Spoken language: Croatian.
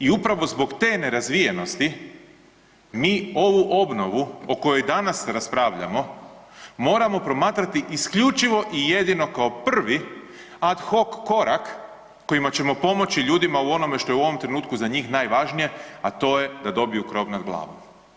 I upravo zbog te nerazvijenosti mi ovu obnovu o kojoj danas raspravljamo moramo promatrati isključivo i jedino kao prvi ad hoc korak kojim ćemo pomoći ljudima u onome što je u ovom trenutku na njih najvažnije, a to je da dobiju krov nad glavom.